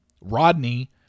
Rodney